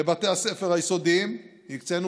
לבתי הספר היסודיים הקצינו